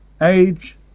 age